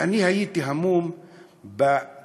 אני הייתי המום מהקלות: